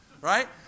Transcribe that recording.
right